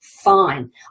Fine